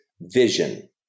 vision